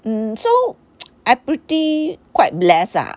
mm so I pretty quite blessed ah